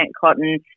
cotton